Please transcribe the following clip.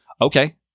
okay